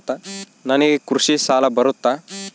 ನನಗೆ ಕೃಷಿ ಸಾಲ ಬರುತ್ತಾ?